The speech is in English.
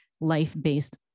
life-based